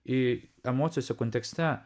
į emocijose kontekste